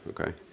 okay